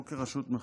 לא כרשות מחוקקת.